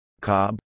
Cobb